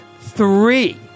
three